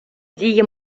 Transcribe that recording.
дії